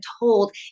told